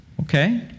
Okay